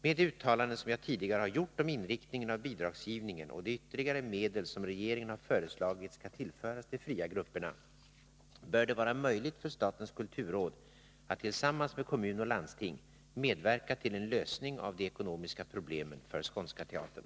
Med de uttalanden som jag tidigare har gjort om inriktningen av bidragsgivningen och de ytterligare medel som regeringen har föreslagit skall tillföras de fria grupperna bör det vara möjligt för statens kulturråd att tillsammans med kommun och landsting medverka till en lösning av de ekonomiska problemen för Skånska Teatern.